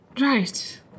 Right